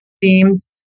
themes